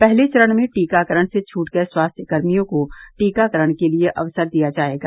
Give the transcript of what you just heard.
पहले चरण में टीकाकरण से छूट गये स्वास्थ्यकर्मियों को टीकाकरण के लिये अवसर दिया जाएगा